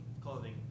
clothing